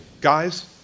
Guys